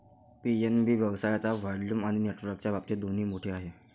PNB व्यवसायाच्या volume आणि नेटवर्कच्या बाबतीत दोन्ही मोठे आहे